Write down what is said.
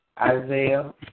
Isaiah